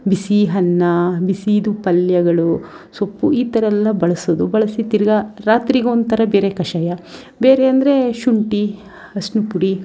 ಬಿಸಿ ಅನ್ನ ಬಿಸೀದು ಪಲ್ಯಗಳು ಸೊಪ್ಪು ಈ ಥರಯೆಲ್ಲ ಬಳಸೋದು ಬಳಸಿ ತಿರ್ಗಿ ರಾತ್ರಿಗೊಂಥರ ಬೇರೆ ಕಷಾಯ ಬೇರೆ ಅಂದರೆ ಶುಂಠಿ ಅರಿಶ್ಣದ್ ಪುಡಿ